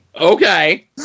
Okay